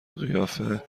قیافه